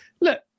look